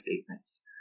statements